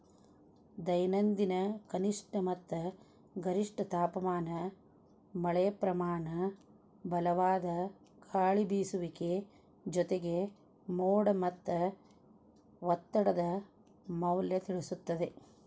ದೈನಂದಿನ ಕನಿಷ್ಠ ಮತ್ತ ಗರಿಷ್ಠ ತಾಪಮಾನ ಮಳೆಪ್ರಮಾನ ಬಲವಾದ ಗಾಳಿಬೇಸುವಿಕೆ ಜೊತೆಗೆ ಮೋಡ ಮತ್ತ ಒತ್ತಡದ ಮೌಲ್ಯ ತಿಳಿಸುತ್ತದೆ